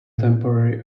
temporary